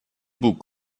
bug